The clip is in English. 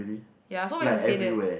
ya so when she say that